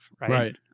right